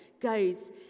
goes